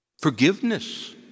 forgiveness